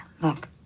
Look